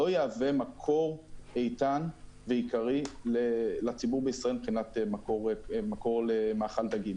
לא יהווה מקור איתן ועיקרי לציבור בישראל מבחינת מקור למאכל דגים.